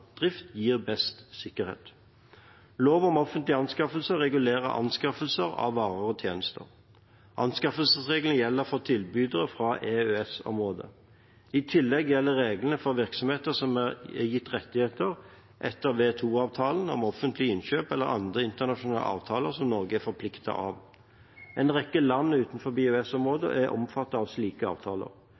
drift gir best sikkerhet. Lov om offentlige anskaffelser regulerer anskaffelser av varer og tjenester. Anskaffelsesreglene gjelder for tilbydere fra EØS-området. I tillegg gjelder reglene for virksomheter som er gitt rettigheter etter WTO-avtalen om offentlige innkjøp eller andre internasjonale avtaler som Norge er forpliktet av. En rekke land utenfor EØS-området er omfattet av slike avtaler.